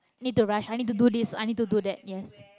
need to rush i need to do this i need to do that yes